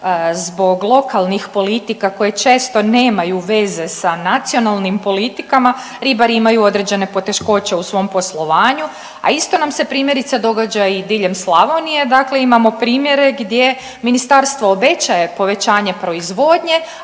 Zbog lokalnih politika koje često nemaju veze sa nacionalnim politikama, ribari imaju određene poteškoće u svom poslovanju, a isto nam se primjerice, događa i diljem Slavonije, dakle imao primjere gdje Ministarstvo obećaje povećanje proizvodnje,